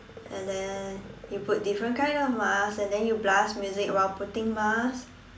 and then you put different kind of masks and then you blast music while putting mask